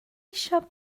eisiau